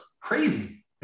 crazy